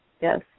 Yes